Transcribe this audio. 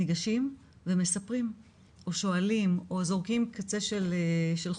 ניגשים ומספרים או שואלים או זורקים קצה של חוט.